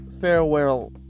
farewell